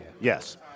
Yes